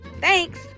thanks